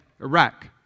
Iraq